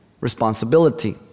Responsibility